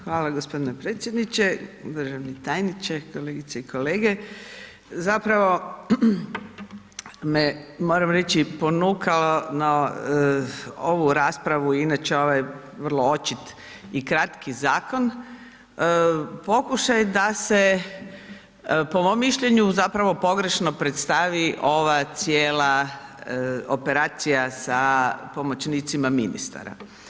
Hvala g. predsjedniče, državni tajniče, kolegice i kolege, zapravo me, moram reći, ponukalo na ovu raspravu, inače ovo je vrlo očit i kratki zakon, pokušaj da se, po mom mišljenju, zapravo pogrešno predstavi ova cijela operacija sa pomoćnicima ministara.